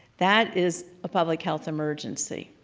that is a public health emergency,